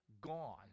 gone